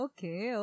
Okay